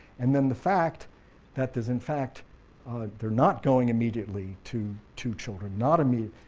and then the fact that there's in fact they're not going immediately to two children, not immediate